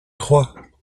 trois